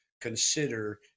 consider